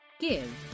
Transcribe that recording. give